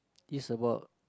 is about